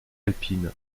alpine